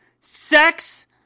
Sex